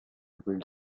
build